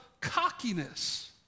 cockiness